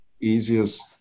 easiest